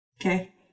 Okay